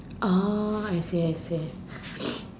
oh I see I see